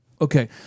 Okay